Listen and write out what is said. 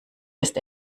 ist